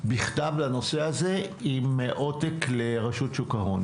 בכתב לנושא הזה עם עותק לרשות שוק ההון.